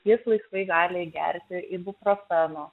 jis laisvai gali gerti ibuprofeno